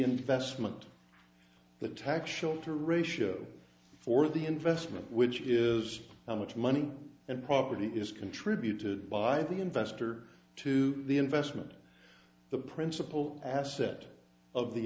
investment the track shorter ratio for the investment which is how much money and property is contributed by the investor to the investment the principal asset of the